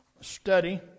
study